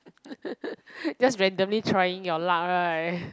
just randomly trying your luck right